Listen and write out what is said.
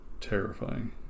terrifying